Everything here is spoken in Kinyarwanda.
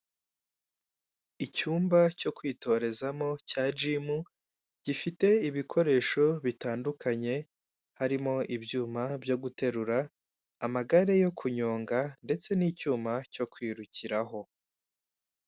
Icyumba cyo kwitorezamo cya jimu gifite ibikoresho bitandukanye harimo ibyuma byo guterura, amagare yo kunyonga ndetse n'icyuma cyo kwirukiraho.